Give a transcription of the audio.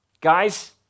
Guys